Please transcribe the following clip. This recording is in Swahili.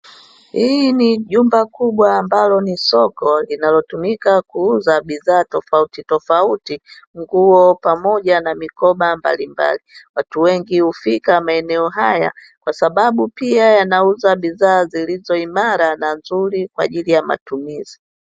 Hii ni jumba kubwa ambalo ni soko, linalotumika kuuza bidhaa tofauti tofauti nguo pamoja na mikoba mbalimbali, watu wengi hufika maeneo haya, kwasababu pia yanauza bidhaa zilizoimara na nzuri kwa ajili ya matumizi .